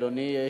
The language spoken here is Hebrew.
אדוני,